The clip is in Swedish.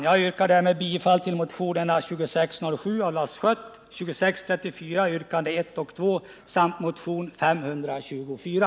Jag yrkar därmed bifall till motionen 2607 av Lars Schött samt motionerna 2634 och 524.